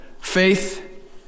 faith